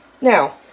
now